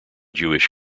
jewish